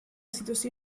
situació